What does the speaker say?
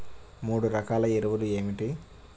మూడు రకాల ఎరువులు ఏమిటి?